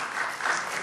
(מחיאות כפיים)